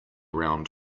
round